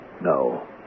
No